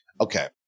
Okay